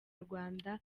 rwanda